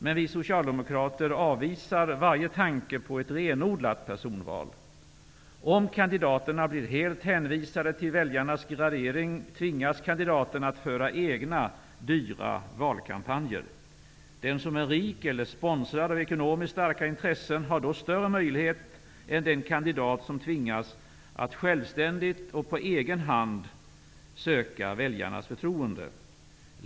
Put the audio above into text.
Men vi socialdemokrater avvisar varje tanke på ett renodlat personval. Om kandidaterna blir helt hänvisade till väljarnas gradering tvingas kandidaterna att föra egna dyra valkampanjer. Den som är rik eller sponsrad av ekonomiskt starka intressen har då större möjlighet än den kandidat som tvingas att självständigt och på egen hand söka väljarnas förtroende.